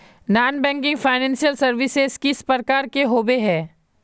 Non banking financial services किस प्रकार के होबे है?